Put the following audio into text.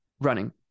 running